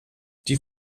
die